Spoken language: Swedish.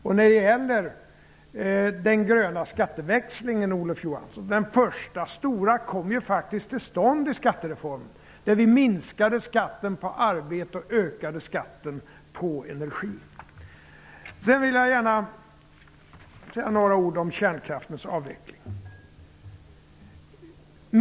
Den första stora gröna skatteväxlingen kom till stånd i skattereformen, Olof Johansson, där vi minskade skatten på arbete och ökade skatten på energi. Jag vill gärna också säga några ord om kärnkraftens avveckling.